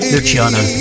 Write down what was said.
Luciano